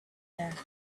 there